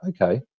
okay